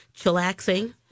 chillaxing